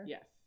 Yes